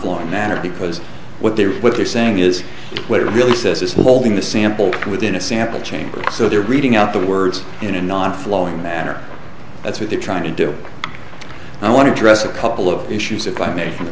flying manner because what they're what they're saying is what it really says is holding the sample within a sample chamber so they're reading out the words in a non flowing manner that's what they're trying to do and i want to address a couple of issues if i may for the